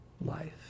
life